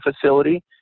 facility